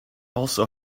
also